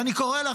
ואני קורא לך,